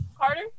Carter